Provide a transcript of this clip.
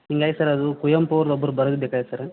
ಹಿಂಗಾಗ್ sir ಅದು ಕುವೆಂಪು ಅವ್ರ್ದು ಒಬ್ಬರು ಬರ್ದಿದ್ದು ಬೇಕಾಗಿತ್ತು ಸರ್ರ